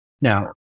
Now